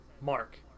Mark